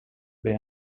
been